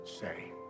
say